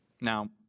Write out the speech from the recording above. Now